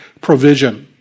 provision